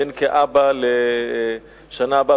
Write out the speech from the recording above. והן כאבא בשנה הבאה,